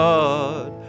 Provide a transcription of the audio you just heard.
God